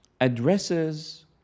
addresses